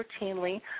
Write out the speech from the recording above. routinely